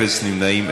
אפס נמנעים,